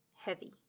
heavy